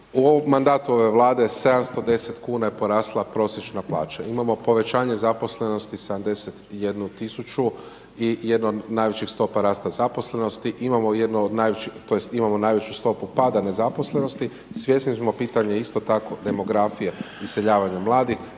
U mandatu ove vlade, 710 kn, je porasla prosječna plaća. Imamo povećanje zaposlenosti 71 tisuću i jedan od najvećih stopa rasta zaposlenosti, imamo jednu od najvećih, tj. imamo najveću stopu pada nezaposlenosti. Svjesni smo pitanje isto tako demografije i iseljavanje mladih,